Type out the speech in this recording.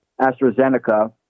AstraZeneca